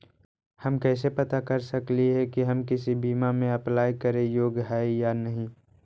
हम कैसे पता कर सकली हे की हम किसी बीमा में अप्लाई करे योग्य है या नही?